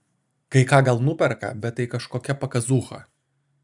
kai ką gal nuperka bet tai kažkokia pakazūcha